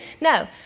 No